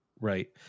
Right